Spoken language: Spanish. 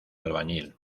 albañil